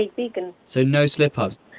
like vegan. so no slip-ups?